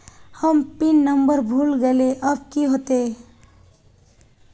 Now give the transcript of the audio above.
हम pin number भूल गलिऐ अब की होते?